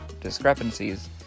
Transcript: discrepancies